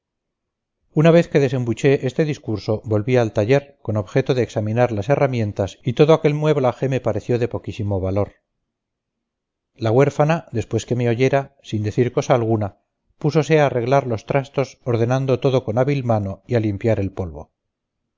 una vez que desembuché este discurso volví al taller con objeto de examinar las herramientas y todo aquel mueblaje me pareció de poquísimo valor la huérfana después que me oyera sin decir cosa alguna púsose a arreglar los trastos ordenando todo con hábil mano y a limpiar el polvo